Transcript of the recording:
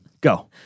Go